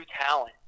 talent